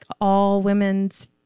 all-women's